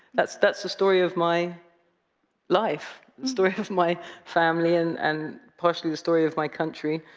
that's that's the story of my life, the story of my family and and partially the story of my country.